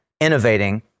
innovating